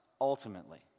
Ultimately